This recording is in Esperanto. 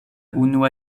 unua